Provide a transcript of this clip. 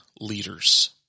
leaders